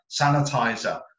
sanitizer